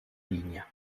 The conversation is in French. ligne